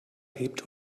hebt